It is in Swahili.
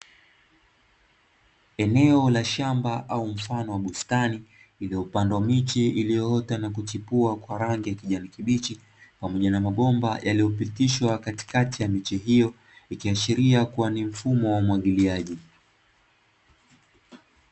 Eneo la shamba au mfano wa bustani iliyopandwa miche iliyoota na kuchipua kwa rangi ya kijani kibichi ,pamoja na mabomba yaliyopitishwa katikati ya miche hiyo ,ikiashiria kuwa ni mfumo wa umwagiliaji.